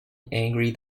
angry